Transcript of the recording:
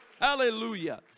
Hallelujah